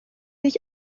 sich